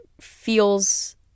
feels